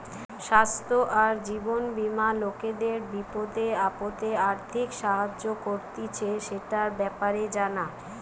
স্বাস্থ্য আর জীবন বীমা লোকদের বিপদে আপদে আর্থিক সাহায্য করতিছে, সেটার ব্যাপারে জানা